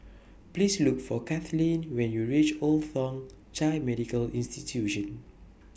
Please Look For Kathleen when YOU REACH Old Thong Chai Medical Institution